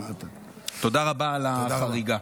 תודה רבה על החריגה.